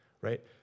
right